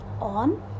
on